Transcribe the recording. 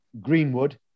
Greenwood